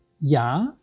Ja